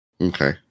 Okay